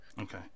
okay